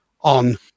on